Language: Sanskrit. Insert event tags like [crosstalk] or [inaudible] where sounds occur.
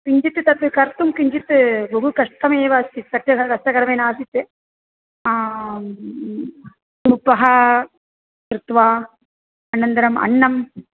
किञ्चित् तत् कर्तुं किञ्चित् बहु कष्टमेव अस्ति सस्यं सस्यं करमेन आसीत् [unintelligible] उडुपः कृत्वा अनन्दरम् अन्नं